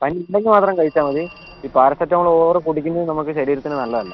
പനി ഉണ്ടെങ്കിൽ മാത്രം കഴിച്ചാൽ മതി ഈ പാരസിറ്റമോൾ ഓവർ കുടിക്കുന്നത് നമുക്ക് ശരീരത്തിന് നല്ലതല്ല